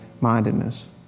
mindedness